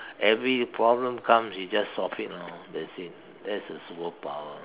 every problem comes we just solve it lor that's it that's a superpower